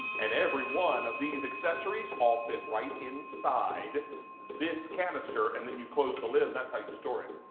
and every one of these accessories all fit right inside this canister, and then you close the, lid that's how you store it.